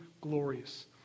glorious